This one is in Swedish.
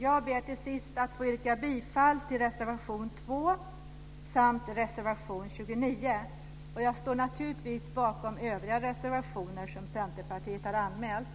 Jag ber till sist att få yrka bifall till reservation 2 och reservation 29. Jag står naturligtvis bakom övriga reservationer som Centerpartiet har anmält.